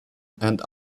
and